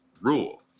rule